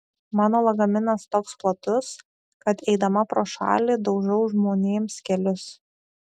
mano lagaminas toks platus kad eidama pro šalį daužau žmonėms kelius